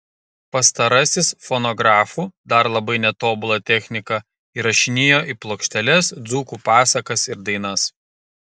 pastarasis fonografu dar labai netobula technika įrašinėjo į plokšteles dzūkų pasakas ir dainas